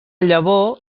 llavor